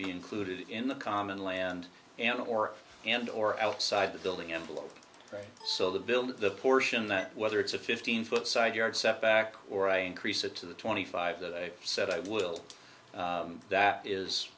be included in the common land and or and or outside the building envelope so the building the portion that whether it's a fifteen foot side yard setback or i increase it to the twenty five that i said i will that is